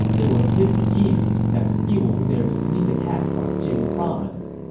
it was his schemes that fueled their sneak attack on jing province.